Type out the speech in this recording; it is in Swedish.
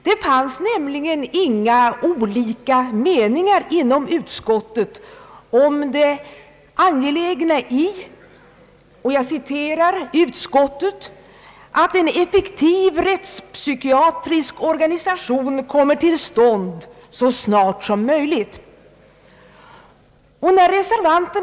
Det fanns nämligen inga olika meningar inom utskottet om det angelägna i »att en effektiv rättspsykiatrisk organisation kommer till stånd så snart som möjligt», som det heter i utlåtandet.